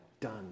done